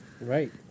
right